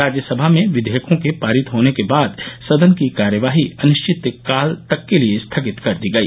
राज्यसभा में विधेयकों के पारित होने के बाद सदन की कार्यवाही अनिश्चित काल के लिए स्थगित कर दी गई